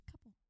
couple